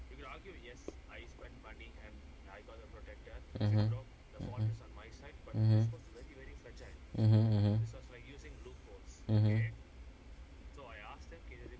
mmhmm mmhmm mmhmm mmhmm mmhmm mmhmm